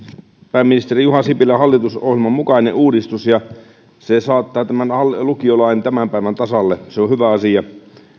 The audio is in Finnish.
pääministeri juha sipilän hallitusohjelman mukainen uudistus se saattaa tämän lukiolain tämän päivän tasalle se on hyvä asia